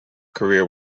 career